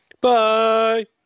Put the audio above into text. Bye